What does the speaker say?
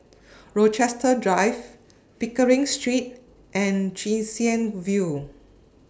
Rochester Drive Pickering Street and Chwee Chian View